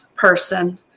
person